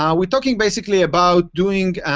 um we're talking basically about doing